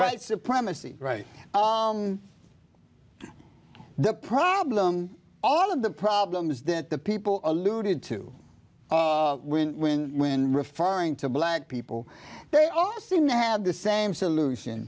right supremacy right the problem all of the problem is that the people alluded to when when when referring to black people they all seem to have the same solution